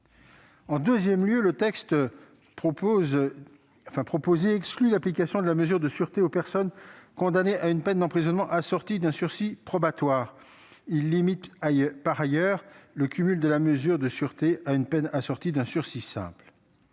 En deuxième lieu, la proposition de loi exclut l'application de la mesure de sûreté aux personnes condamnées à une peine d'emprisonnement assortie d'un sursis probatoire. Elle limite, par ailleurs, le cumul de la mesure de sûreté avec une peine assortie d'un sursis simple.